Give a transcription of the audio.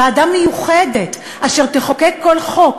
ועדה מיוחדת אשר תחוקק כל חוק,